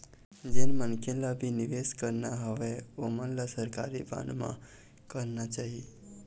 जेन मनखे ल भी निवेस करना हवय ओमन ल सरकारी बांड म करना चाही